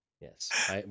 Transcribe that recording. yes